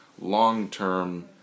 long-term